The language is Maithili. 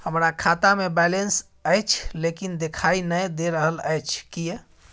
हमरा खाता में बैलेंस अएछ लेकिन देखाई नय दे रहल अएछ, किये?